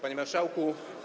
Panie Marszałku!